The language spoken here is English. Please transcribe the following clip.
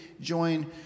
join